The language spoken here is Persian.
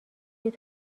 لیگ